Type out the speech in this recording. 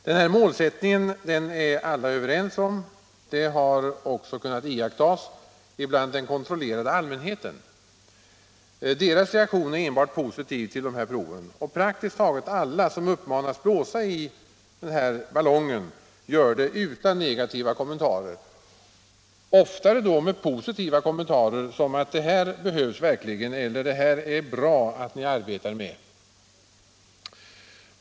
Den här målsättningen är alla överens om. Det har också kunnat iakttas bland den kontrollerade allmänheten. Dess reaktion är enbart positiv till de här proven, och praktiskt taget alla som uppmanas blåsa i ballongen gör det utan negativa kommentarer — oftare då med positiva kommentarer som: ”Det här behövs verkligen” eller ”Det här är bra att ni arbetar med”.